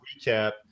recap